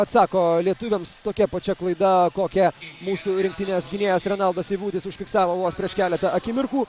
atsako lietuviams tokia pačia klaida kokią mūsų rinktinės gynėjas renaldas seibutis užfiksavo vos prieš keletą akimirkų